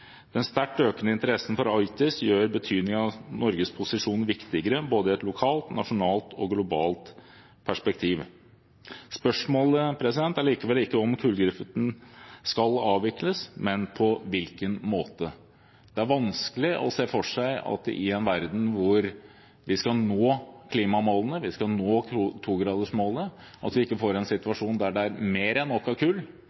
Den sterkt økende interessen for Arktis gjør betydningen av Norges posisjon viktigere i både et lokalt, nasjonalt og globalt perspektiv. Spørsmålet er likevel ikke om kulldriften skal avvikles, men på hvilken måte. Det er vanskelig å se for seg at vi i en verden hvor vi skal nå klimamålene, hvor vi skal nå togradersmålet, ikke får en situasjon der det er mer enn